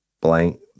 Blank